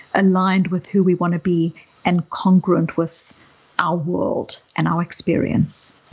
aligned with who we want to be and congruent with our world and our experience.